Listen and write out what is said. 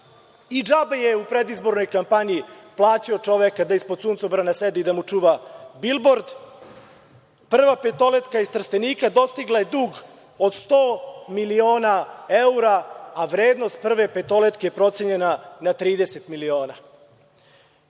Džaba je u predizbornoj kampanji plaćao čoveka da ispod suncobrana sedi i da mu čuva bilbord, „Prva petoletka“ iz Trstenika dostigla je dug od 100 miliona evra, a vrednost „Prve petoletke“ je procenjena na 30 miliona. Radnici